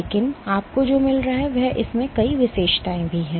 लेकिन आपको जो मिल रहा है वह इसमें कई विशेषताएं हैं